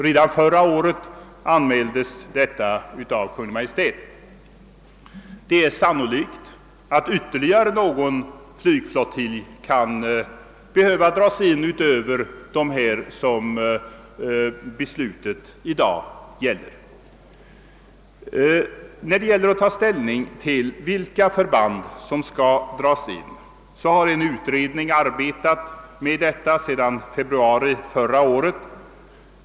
Redan förra året anmäldes detta av Kungl. Maj:t. Det är sannolikt att ytterligare någon flygflottilj kan behöva dras in utöver dem som beslutet i dag gäller. När det gäller att ta ställning till vilket förband som skall dras in kan nämnas att en utredning har arbetat med detta sedan februari månad förra året.